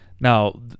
Now